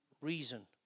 reason